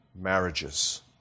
marriages